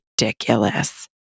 ridiculous